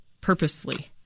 purposely